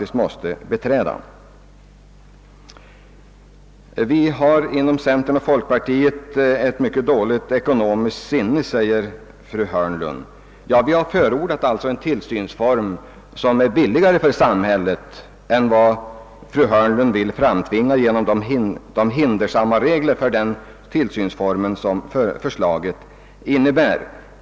Vidare påstod fru Hörnlund att vi inom centern och folkpartiet har ett mycket dåligt ekonomiskt sinne i detta fall. Men vi har ju förordat en tillsynsform som är billigare för samhället än den som fru Hörnlund vill framtvinga — jag syftar då på de hindersamma regler för tillsynsformen som fru Hörnlunds förslag innefattar.